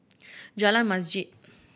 Jalan Masjid